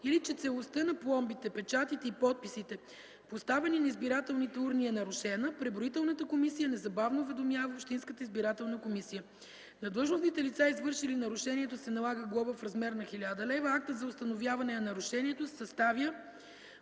или че целостта на пломбите, печатите и подписите, поставени на избирателните урни е нарушена, преброителната комисия незабавно уведомява общинската избирателна комисия. На длъжностните лица, извършили нарушението се налага глоба в размер на 1000 лв. Актът за установяване на нарушението се съставя